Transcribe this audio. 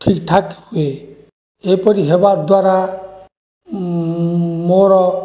ଠିକ୍ଠାକ୍ ହୁଏ ଏହିପରି ହେବା ଦ୍ୱାରା ମୋର